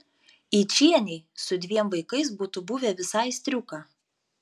yčienei su dviem vaikais būtų buvę visai striuka